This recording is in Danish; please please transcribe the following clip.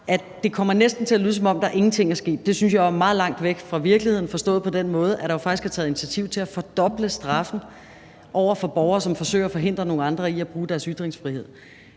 det næsten kommer til at lyde, som om der ingenting er sket. Det synes jeg er meget langt væk fra virkeligheden, forstået på den måde, at der faktisk er taget initiativ til at fordoble straffen over for borgere, som forsøger at forhindre nogle andre i at bruge deres ytringsfrihed.